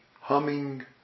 humming